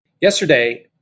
Yesterday